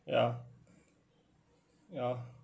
ya ya